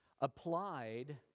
applied